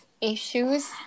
issues